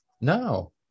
No